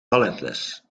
balletles